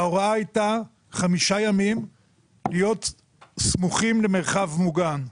וההוראה הייתה: חמישה ימים להיות סמוכים למרחב מוגן.